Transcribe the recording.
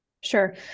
Sure